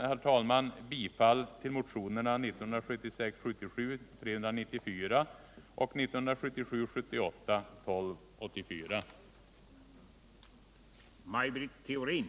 Jag yrkar bifall till motionerna 1976 178:1284.